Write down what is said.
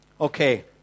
okay